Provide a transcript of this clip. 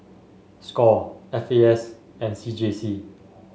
Score F A S and C J C